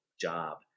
job